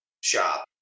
shop